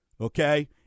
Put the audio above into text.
okay